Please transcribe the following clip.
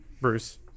Bruce